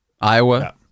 Iowa